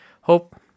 hope